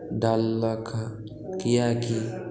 डाललक हऽ कियाकि